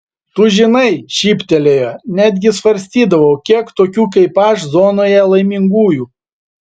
tu žinai šyptelėjo netgi svarstydavau kiek tokių kaip aš zonoje laimingųjų